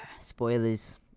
spoilers